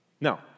Now